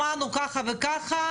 שמענו כך וכך,